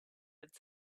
had